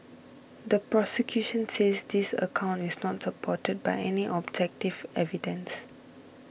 the prosecution says this account is not supported by any objective evidence